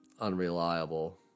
unreliable